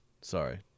Sorry